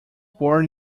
born